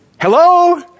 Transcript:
Hello